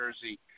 Jersey